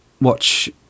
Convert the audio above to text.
watch